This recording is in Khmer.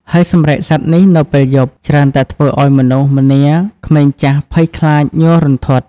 ហើយសម្រែកសត្វនេះនៅពេលយប់ ច្រើនតែធ្វើឱ្យមនុស្សម្នាក្មេងចាស់ភ័យខ្លាចញ័ររន្ធត់ ។